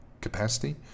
capacity